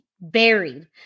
buried